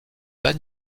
bas